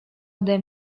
ode